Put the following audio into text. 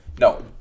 No